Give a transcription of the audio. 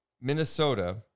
Minnesota